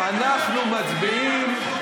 אנחנו מצביעים.